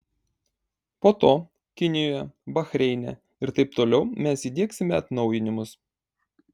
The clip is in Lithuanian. po to kinijoje bahreine ir taip toliau mes įdiegsime atnaujinimus